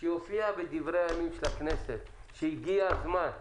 שיופיע בדברי הימים של הכנסת שהגיע הזמן.